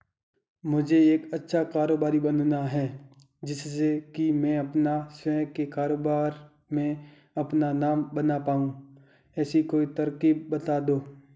मुझे एक अच्छा कारोबारी बनना है जिससे कि मैं अपना स्वयं के कारोबार में अपना नाम बना पाऊं ऐसी कोई तरकीब पता दो?